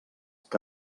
que